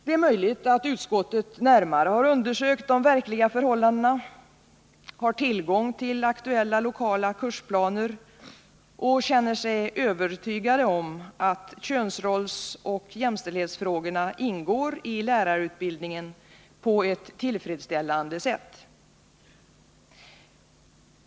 Det är möjligt att utskottet närmare har undersökt de verkliga förhållandena — alltså har tillgång till aktuella lokala kursplaner — och känner sig övertygat om att könsrollsoch jämställdhetsfrågorna ingår i lärarutbildningen på ett tillfredsställande sätt.